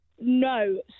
No